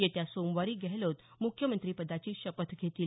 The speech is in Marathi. येत्या सोमवारी गहलोत मुख्यमंत्रिपदाची शपथ घेतील